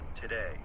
today